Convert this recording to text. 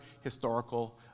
historical